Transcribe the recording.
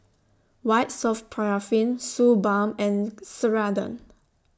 White Soft Paraffin Suu Balm and Ceradan